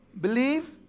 believe